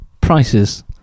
prices